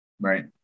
Right